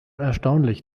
erstaunlich